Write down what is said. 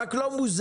רק לא מוזן,